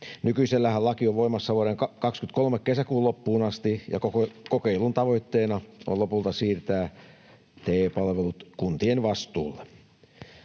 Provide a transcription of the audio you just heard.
Nykyiselläänhän laki on voimassa vuoden 23 kesäkuun loppuun asti, ja kokeilun tavoitteena on lopulta siirtää TE-palvelut kuntien vastuulle.